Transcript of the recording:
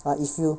but if you